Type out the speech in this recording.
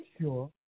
sure